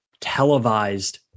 televised